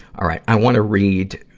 all right, i wanna read,